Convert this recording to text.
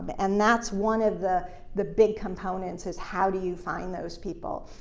but and that's one of the the big components is how do you find those people.